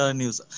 news